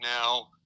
now